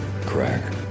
crack